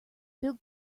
build